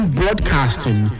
broadcasting